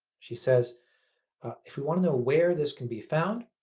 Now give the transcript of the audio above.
she says if we want to know where this can be found,